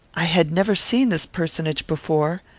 i had never seen this personage before.